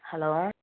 hello